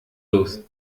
los